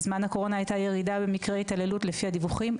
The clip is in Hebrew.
בזמן הקורונה הייתה ירידה במקרי התעללות לפי הדיווחים.